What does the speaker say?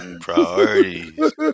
Priorities